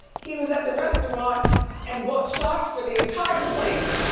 he was at the restaurant and bought shots for the entire place.